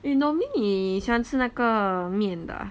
eh normally 你喜欢吃那个面的啊